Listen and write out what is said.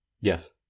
Yes